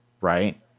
right